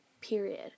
period